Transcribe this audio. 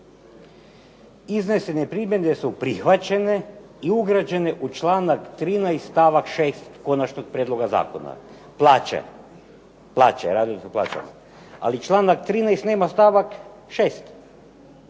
Iznesene primjedbene su prihvaćene i ugrađene u članak 13. stavak 6. konačnog prijedloga zakona". Plaće, radilo se o plaćama. Ali članak 13. nema stavak 6.